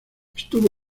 estuvo